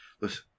Listen